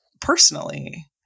personally